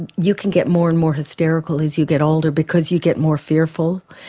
you can get more and more hysterical as you get older because you get more fearful.